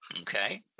Okay